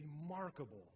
remarkable